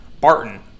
Barton